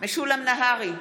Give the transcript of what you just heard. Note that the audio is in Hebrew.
משולם נהרי,